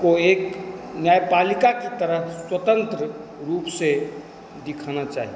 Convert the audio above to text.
को एक न्यायपालिका की तरह स्वतंत्र रूप से दिखाना चाहिए